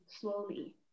slowly